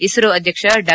ಇಸ್ತೊ ಅಧ್ಯಕ್ಷ ಡಾ